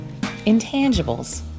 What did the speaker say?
intangibles